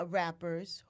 rappers